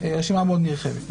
רשימה מאוד נרחבת.